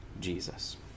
Jesus